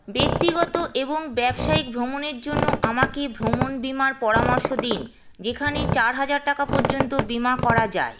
ব্যক্তিগত এবং ব্যবসায়িক ভ্রমণের জন্য আমাকে ভ্রমণ বীমার পরামর্শ দিন যেখানে চার হাজার টাকা পর্যন্ত বিমা করা যায়